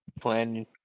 plan